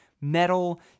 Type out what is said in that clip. metal